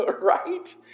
right